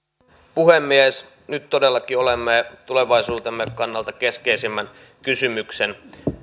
puhemies nyt todellakin olemme tulevaisuutemme kannalta keskeisimmän kysymyksen